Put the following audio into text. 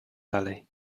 dalej